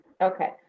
Okay